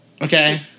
Okay